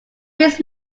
his